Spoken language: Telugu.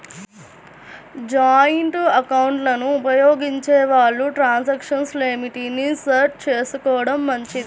జాయింటు ఎకౌంట్లను ఉపయోగించే వాళ్ళు ట్రాన్సాక్షన్ లిమిట్ ని సెట్ చేసుకోడం మంచిది